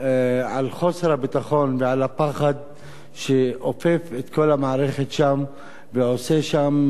על חוסר הביטחון ועל הפחד שעוטף את כל המערכת שם ושולט שם